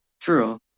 true